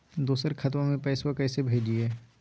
दोसर खतबा में पैसबा कैसे भेजिए?